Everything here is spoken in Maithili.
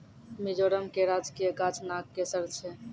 मिजोरम के राजकीय गाछ नागकेशर छै